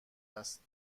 است